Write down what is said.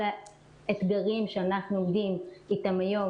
כל האתגרים שאנחנו עובדים איתם היום,